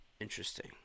Interesting